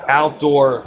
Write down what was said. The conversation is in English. Outdoor